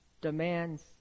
demands